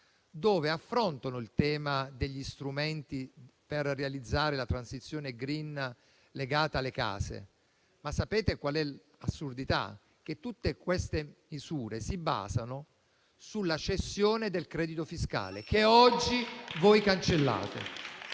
cui affrontano il tema degli strumenti per realizzare la transizione *green* legata alle case. Sapete qual è l'assurdità? Tutte queste misure si basano sulla cessione del credito fiscale che oggi voi cancellate.